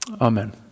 Amen